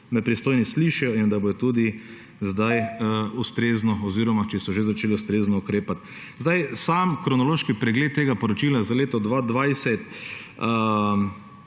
me pristojni slišijo in da bodo tudi zdaj oziroma so že začeli ustrezno ukrepati. Sam kronološki pregled tega poročila za leto 2020